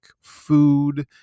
food